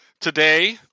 Today